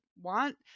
want